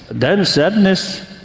then sadness,